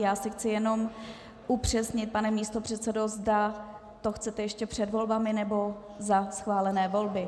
Já si chci jenom upřesnit, pane místopředsedo, zda to chcete ještě před volbami nebo za schválené volby.